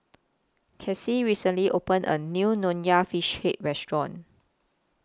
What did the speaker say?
Crissie recently opened A New Nonya Fish Head Restaurant